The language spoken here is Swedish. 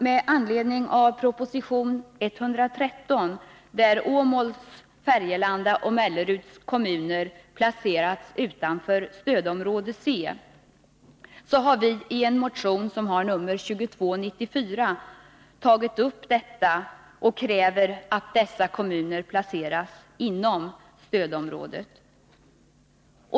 Med anledning av proposition 113 där Åmål, Färgelanda och Melleruds kommuner har placerats utanför stödområde C, har vi i motionen 2294 tagit upp detta och krävt att dessa kommuner placeras inom stödområdet.